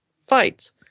fights